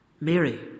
Mary